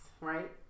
right